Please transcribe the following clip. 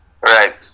Right